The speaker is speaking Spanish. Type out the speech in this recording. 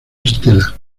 estela